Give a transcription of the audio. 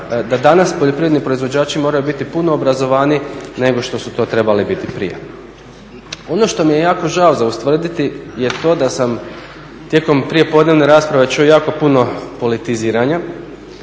da danas poljoprivredni proizvođači moraju biti puno obrazovaniji nego što su to trebali biti prije. Ono što mi je jako žao za ustvrditi je to da sam tijekom prijepodnevne rasprave čuo jako puno politiziranja